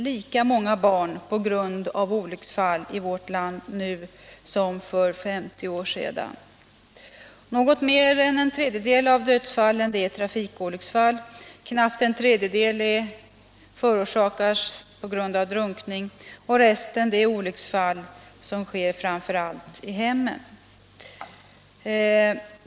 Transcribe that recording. Lika många barn dör varje år på grund av olycksfall i vårt land som för 50 år sedan. Något mer än en tredjedel av dödsfallen är trafikolycksfall, knappt en tredjedel förorsakas av drunkning och resten av olika olyckor i framför allt hemmen.